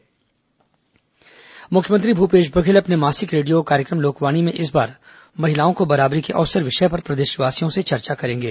लोकवाणी मुख्यमंत्री भूपेश बघेल अपने मासिक रेडियो कार्यक्रम लोकवाणी में इस बार महिलाओं को बराबरी के अवसर विषय पर प्रदेशवासियों से चर्चा करेंगे